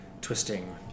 twisting